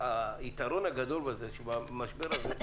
היתרון הגדול בזה הוא שבמשבר הזה,